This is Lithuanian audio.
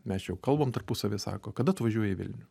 mes čia jau kalbam tarpusavy sako kada atvažiuoji į vilnių